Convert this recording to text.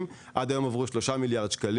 עד היום עברו 3 מיליארד ₪,